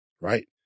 right